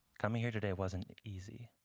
coming here today wasn't easy.